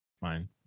Fine